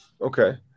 Okay